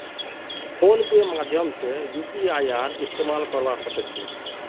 phone पेर माध्यम से यूपीआईर इस्तेमाल करवा सक छी